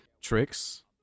tricks